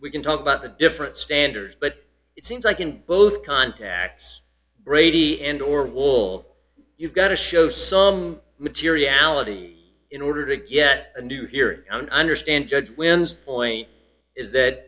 we can talk about the different standards but it seems like in both contacts brady and or wall you've got to show some materiality in order to get a new here and understand judge wins point is that